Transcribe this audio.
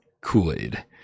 Kool-Aid